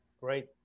Great